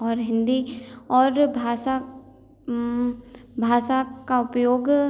और हिंदी और भाषा भाषा का उपयोग